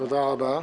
תודה רבה.